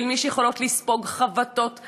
כאל מי שיכולות לספוג חבטות ואלימות.